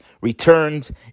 returned